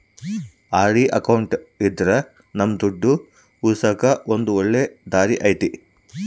RD account ಇದ್ರ ನಮ್ ದುಡ್ಡು ಉಳಿಸಕ ಇದು ಒಳ್ಳೆ ದಾರಿ ಐತಿ